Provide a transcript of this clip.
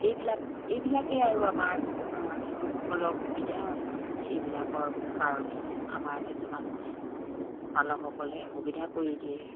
এইবিলাক এইবিলাকেই আৰু আমাৰ কৃষকসকলক সুবিধা হয় এইবিলাকৰ কাৰণেই আমাৰ কিছুমান পালকসকলে সুবিধা কৰি দিয়ে